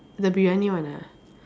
the Briyani one ah